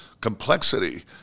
Complexity